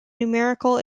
numerical